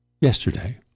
yesterday